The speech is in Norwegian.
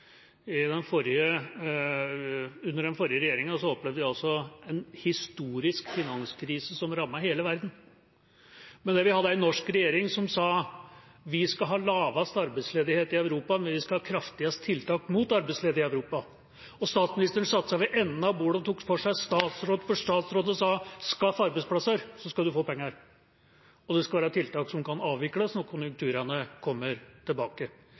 Under den forrige regjeringa opplevde vi en historisk finanskrise som rammet hele verden. Men vi hadde en norsk regjering som sa: Vi skal ha lavest arbeidsledighet i Europa, men vi skal ha de kraftigste tiltakene i Europa mot arbeidsledighet. Statsministeren satte seg ved enden av bordet og tok for seg statsråd for statsråd og sa: Skaff arbeidsplasser, så skal du få penger, og det skal være tiltak som kan avvikles når konjunkturene